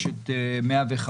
יש את פרויקט 105